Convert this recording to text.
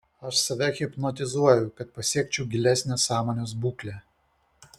aš save hipnotizuoju kad pasiekčiau gilesnę sąmonės būklę